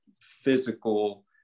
physical